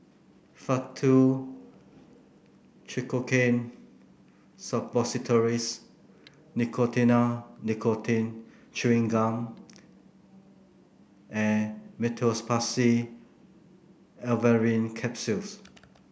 Faktu Cinchocaine Suppositories Nicotinell Nicotine Chewing Gum and Meteospasmyl Alverine Capsules